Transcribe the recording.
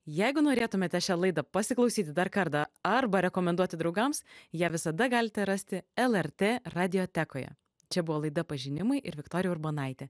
jeigu norėtumėte šią laidą pasiklausyti dar kartą arba rekomenduoti draugams ją visada galite rasti lrt radiotekoje čia buvo laida pažinimai ir viktorija urbonaitė